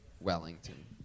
Wellington